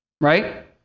Right